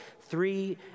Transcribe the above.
three